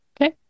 Okay